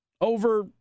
over